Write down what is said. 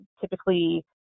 typically